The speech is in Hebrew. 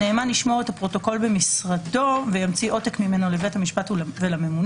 הנאמן ישמור את הפרוטוקול במשרדו וימציא עותק ממנו לבית המשפט ולממונה.